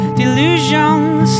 delusions